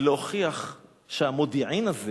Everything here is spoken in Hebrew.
ולהוכיח שהמודיעין הזה